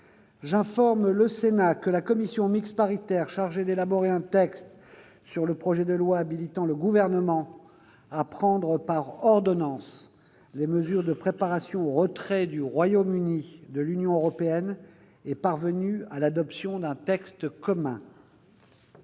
J'informe le Sénat que la commission mixte paritaire chargée d'élaborer un texte sur le projet de loi habilitant le Gouvernement à prendre par ordonnances les mesures de préparation au retrait du Royaume-Uni de l'Union européenne est parvenue à l'adoption d'un texte commun.